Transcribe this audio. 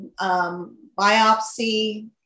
biopsy